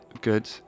good